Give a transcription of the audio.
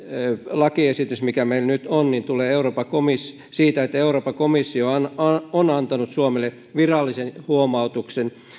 lakiesitys mikä meillä nyt on tulee siitä että euroopan komissio on on antanut suomelle virallisen huomautuksen